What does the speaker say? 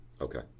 okay